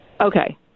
Okay